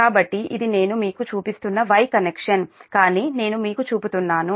కాబట్టి ఇది నేను మీకు చూపిస్తున్న Y కనెక్షన్ కానీ నేను మీకు చూపుతున్నాను